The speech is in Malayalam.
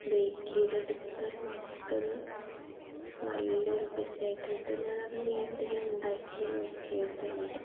ബെയ്ക്ക് ചെയ്തെടുത്താൽ നമുക്കത് നല്ലൊരു പിസ്സയായിട്ട് കിട്ടും ഞാനത് വീട്ടിലുണ്ടാക്കി നോക്കിയിട്ടുണ്ട്